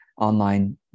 online